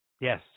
Yes